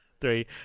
three